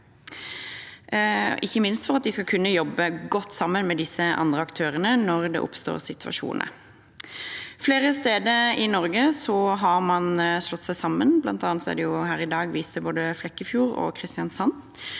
ikke minst for at de skal kunne jobbe godt sammen med disse andre aktørene når det oppstår situasjoner. Flere steder i Norge har man slått seg sammen, bl.a. er det her i dag vist til både Flekkefjord og Kristiansand,